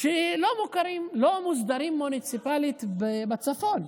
שלא מוכרים, לא מוסדרים מוניציפלית, בצפון,